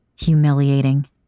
Humiliating